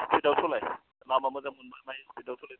स्पिडआव सलाय लामा मोजां मोनब्ला स्पिडआव सलाय